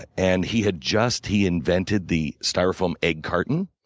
and he had just he invented the styrofoam egg carton,